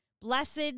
Blessed